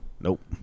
Nope